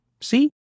See